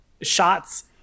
shots